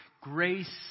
grace